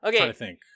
Okay